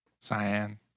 Cyan